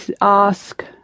ask